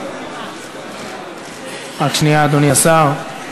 רק שנייה, אדוני השר.